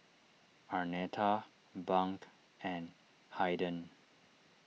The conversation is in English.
Arnetta Bunk and Haiden